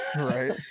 right